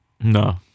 No